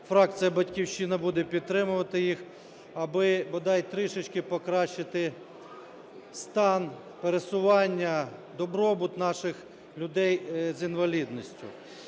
фракція "Батьківщина" буде підтримувати їх, аби бодай трішечки покращити стан, пересування, добробут наших людей з інвалідністю.